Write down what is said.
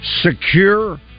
secure